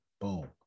boom